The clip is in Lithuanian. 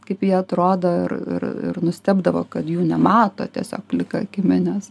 kaip jie atrodo ir ir ir nustebdavo kad jų nemato tiesiog plika akimi nes